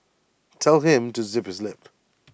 tell him to zip his lip